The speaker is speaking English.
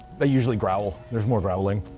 they usually growl, there's more growling.